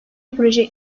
proje